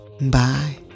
Bye